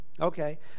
Okay